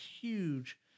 huge